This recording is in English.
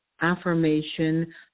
affirmation